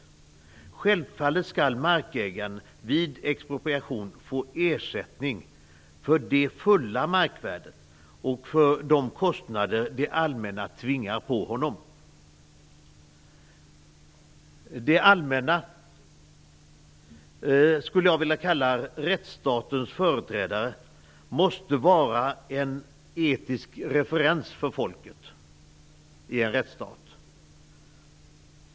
Självfallet skall markägaren vid expropriation få ersättning för det fulla markvärdet och för de kostnader som det allmänna tvingar på honom. Det allmänna - som jag skulle vilja kalla för rättsstatens företrädare - måste vara en etisk referens för folket i rättsstat.